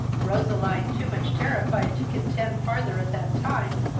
roseline, too much terrified to contend farther at that time,